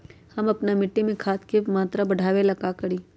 हम अपना मिट्टी में खाद के मात्रा बढ़ा वे ला का करी?